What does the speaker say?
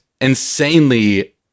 insanely